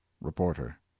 reporter